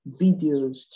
videos